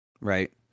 Right